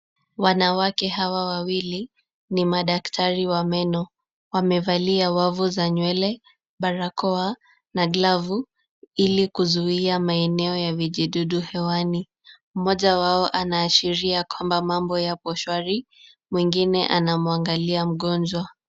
Wanawake hawa wawili ni madaktari wa meno. Wamevalia wavu za nywele, barakoa na glavu ili kuzuia maeneo ya vijidudu hewani. Mmoja wao anaashiria kwamba mambo yapo shwari, mwingine anamwangalia mgonjwa.